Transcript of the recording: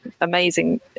amazing